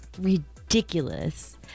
ridiculous